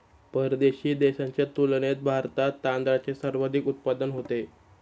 परदेशी देशांच्या तुलनेत भारतात तांदळाचे सर्वाधिक उत्पादन होते